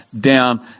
down